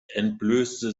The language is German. entblößte